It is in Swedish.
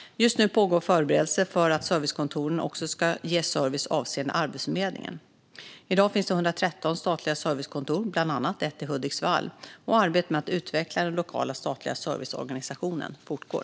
Just nu pågår förberedelser för att servicekontoren också ska ge service avseende Arbetsförmedlingen. I dag finns det 113 statliga servicekontor, bland annat 1 i Hudiksvall, och arbetet med att utveckla den lokala statliga serviceorganisationen fortgår.